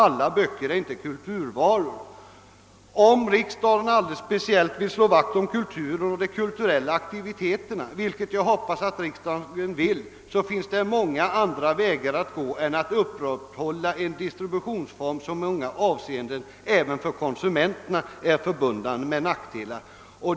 Alla böcker är inte kulturvaror: Om riksdagen alldeles speciellt vill slå vakt om kulturen och de kulturella aktiviteterna, vilket jag hoppas att riksdagen vill, så finns det många andra vägar att gå än att upprätthålla en distributionsform som i många avseenden, även för konsumenterna, är förbunden med nackdelar.